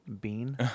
Bean